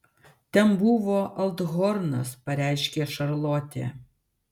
ten buvo althornas pareiškė šarlotė